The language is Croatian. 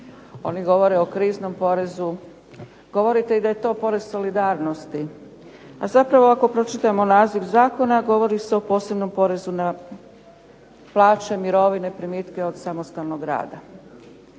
oni govore o kriznom porezu. Govorite i da je to porez solidarnosti, a zapravo ako pročitamo naziv zakona govori se o posebnom porezu na plaće, mirovine, primitke od samostalnog rada.